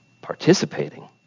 participating